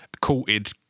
courted